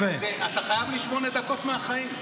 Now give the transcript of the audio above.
אתה חייב לי שמונה דקות מהחיים.